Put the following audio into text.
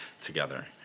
together